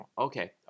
Okay